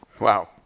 Wow